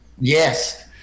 yes